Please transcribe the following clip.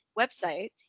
website